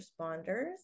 responders